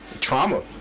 Trauma